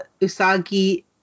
Usagi